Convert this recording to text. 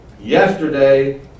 yesterday